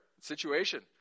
situation